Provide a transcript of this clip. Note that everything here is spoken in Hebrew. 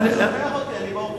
תשבח אותי, אני באופוזיציה.